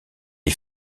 est